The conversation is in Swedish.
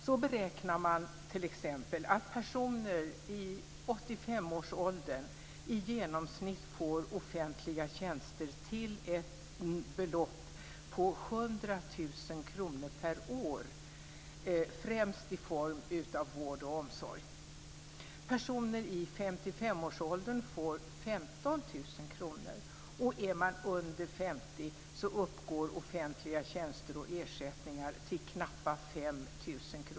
Så beräknar man t.ex. att personer i 85-årsåldern i genomsnitt får offentliga tjänster till ett belopp på 100 000 kr per år främst i form av vård och omsorg. Personer i 55-årsåldern får 15 000 kr, och är man under 50 uppgår offentliga tjänster och ersättningar till knappa 5 000 kr.